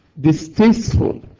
distasteful